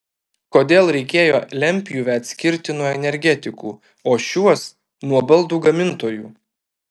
kodėl reikėjo lentpjūvę atskirti nuo energetikų o šiuos nuo baldų gamintojų